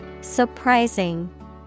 Surprising